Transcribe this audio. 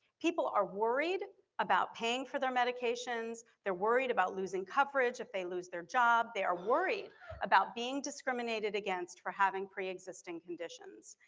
people are worried about paying for their medications, they're worried about losing coverage if they lose their job. they are worried about being discriminated discriminated against for having pre-existing conditions.